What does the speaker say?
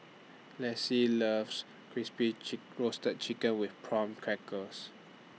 Lessie loves Crispy chick Roasted Chicken with Prawn Crackers